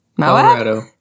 Colorado